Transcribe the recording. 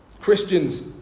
Christians